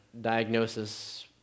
diagnosis